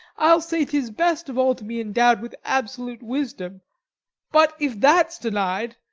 i'll say tis best of all to be endowed with absolute wisdom but, if that's denied,